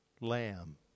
lamb